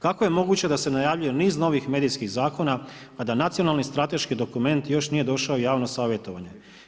Kako je moguće da se najavljuje niz novih medijskih zakona, a da nacionalni strateški dokument još nije došao u javno savjetovanje.